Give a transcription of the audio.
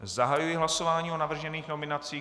Zahajuji hlasování o navržených nominacích.